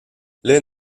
les